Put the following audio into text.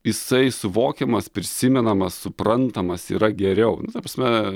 jisai suvokiamas prisimenamas suprantamas yra geriau nu ta prasme